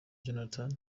jonathan